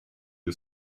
you